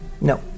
No